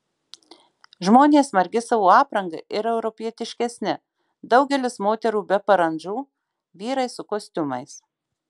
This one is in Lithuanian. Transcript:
žmonės margi savo apranga ir europietiškesni daugelis moterų be parandžų vyrai su kostiumais